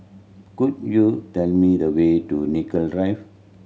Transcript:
could you tell me the way to Nicoll Drive